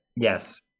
Yes